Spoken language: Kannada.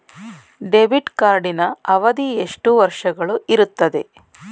ಡೆಬಿಟ್ ಕಾರ್ಡಿನ ಅವಧಿ ಎಷ್ಟು ವರ್ಷಗಳು ಇರುತ್ತದೆ?